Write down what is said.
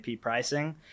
pricing